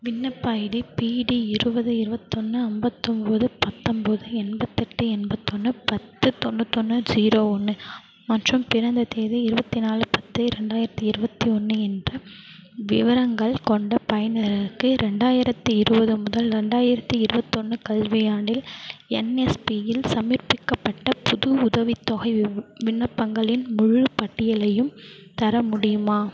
விண்ணப்ப ஐடி பிடி இருபது இருவத்தொன்று அம்பத்தொம்பது பத்தொம்பது எண்பத்தெட்டு எண்பத்தொன்று பத்து தொண்ணூத்தொன்று ஜீரோ ஒன்று மற்றும் பிறந்த தேதி இருபத்தி நாலு பத்து ரெண்டாயிரத்து இருபத்தி ஒன்று என்ற விவரங்கள் கொண்ட பயனருக்கு ரெண்டாயிரத்து இருபது முதல் ரெண்டாயிரத்து இருவத்தொன்று கல்வியாண்டில் என்எஸ்பியில் சமர்ப்பிக்கப்பட்ட புது உதவித்தொகை வி விண்ணப்பங்களின் முழுப்பட்டியலையும் தர முடியுமா